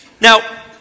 Now